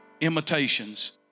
imitations